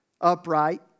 upright